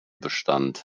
bestand